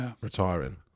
retiring